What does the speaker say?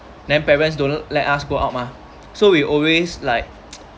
then parents don't let us go out mah so we always like